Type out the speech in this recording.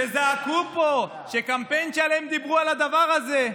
שזעקו פה, שקמפיין שלם דיברו על הדבר הזה.